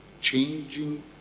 changing